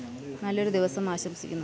നല്ലൊരു ദിവസം ആശംസിക്കുന്നു